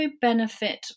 benefit